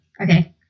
Okay